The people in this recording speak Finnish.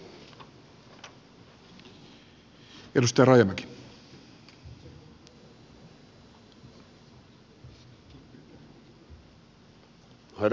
arvoisa puhemies